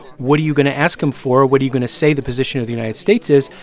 what are you going to ask them for? what are you going to say the position of the united states is,